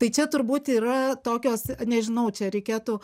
tai čia turbūt yra tokios nežinau čia reikėtų